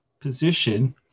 position